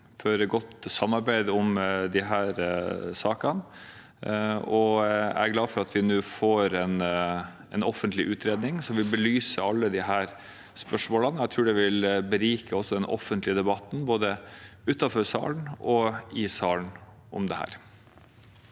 for godt samarbeid om disse sakene, og jeg er glad for at vi nå får en offentlig utredning som vil belyse alle disse spørsmålene. Jeg tror også det vil berike den offentlige debatten om dette, både utenfor salen og i salen. Presidenten